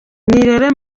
nirere